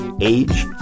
age